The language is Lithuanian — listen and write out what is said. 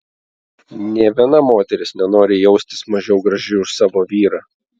nė viena moteris nenori jaustis mažiau graži už savo vyrą